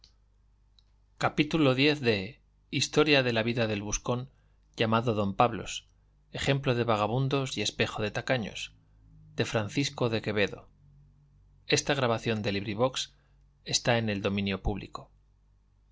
gutenberg ebook historia historia de la vida del buscón llamado don pablos ejemplo de vagamundos y espejo de tacaños de francisco de quevedo y villegas libro primero capítulo i en que